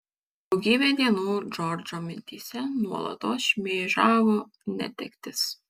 daugybę dienų džordžo mintyse nuolatos šmėžavo netektis